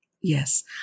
Yes